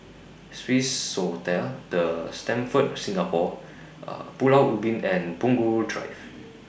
Swissotel The Stamford Singapore Pulau Ubin and Punggol Drive